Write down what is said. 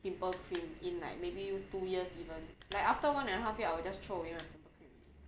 pimple cream in like maybe two years even like after one and a half year I will just throw away one pimple cream already